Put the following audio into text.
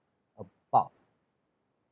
about